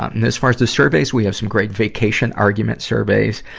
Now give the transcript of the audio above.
ah and as far as the surveys, we have some great vacation argument surveys.